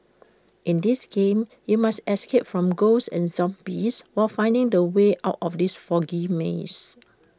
in this game you must escape from ghosts and zombies while finding the way out of these foggy maze